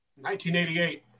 1988